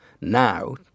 now